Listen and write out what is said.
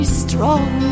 strong